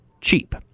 cheap